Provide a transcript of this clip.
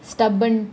stubborn